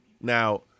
Now